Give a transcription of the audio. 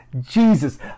jesus